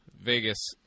Vegas